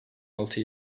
altı